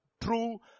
true